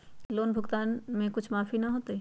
Loan भुगतान में कुछ माफी न होतई?